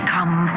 Come